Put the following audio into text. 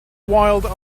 wild